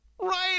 Right